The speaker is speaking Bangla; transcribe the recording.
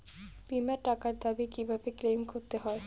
বিমার টাকার দাবি কিভাবে ক্লেইম করতে হয়?